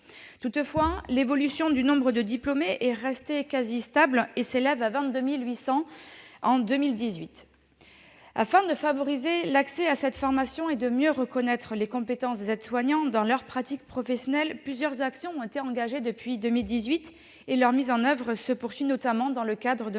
Toutefois, l'évolution du nombre des diplômés est restée quasi stable : il était de 22 800 en 2018. Afin de favoriser l'accès à cette formation et de mieux reconnaître les compétences des aides-soignants dans leur pratique professionnelle, plusieurs actions ont été engagées depuis 2018. Leur mise en oeuvre se poursuit, notamment dans le cadre des